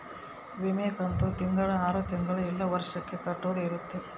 ವಿಮೆ ಕಂತು ತಿಂಗಳ ಆರು ತಿಂಗಳ ಇಲ್ಲ ವರ್ಷ ಕಟ್ಟೋದ ಇರುತ್ತ